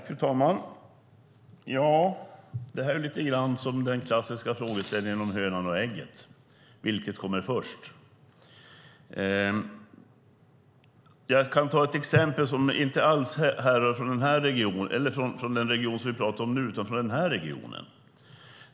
Fru talman! Det här är lite grann som den klassiska frågeställningen om hönan och ägget: Vad kom först? Jag kan ta ett exempel som inte alls härrör från den region som vi pratar om utan från den här regionen.